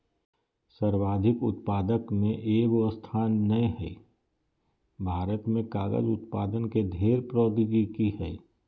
सर्वाधिक उत्पादक में एगो स्थान नय हइ, भारत में कागज उत्पादन के ढेर प्रौद्योगिकी हइ